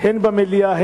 הן במליאה,